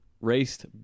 raced